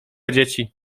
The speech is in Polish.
dzieci